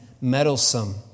meddlesome